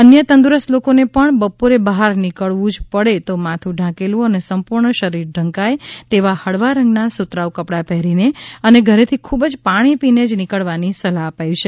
અન્ય તંદુરસ્ત લોકોને પણ બપોરે બહાર નીકળવું જ પડે તો માથું ઢાંકેલું અને સંપૂર્ણ શરીર ઢંકાય તેવા હળવા રંગનાં સુતરાઉ કપડાં પહેરીને અને ઘરેથી ખૂબ પાણી પીને જ નીકળવાની સલાહ અપાઈ છે